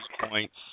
points